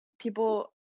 people